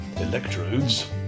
electrodes